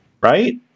right